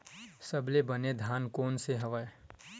सबले बने धान कोन से हवय?